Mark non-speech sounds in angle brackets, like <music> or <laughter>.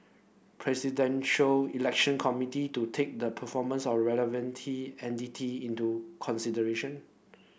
Presidential Election Committee to take the performance of relevant <unintelligible> entity into consideration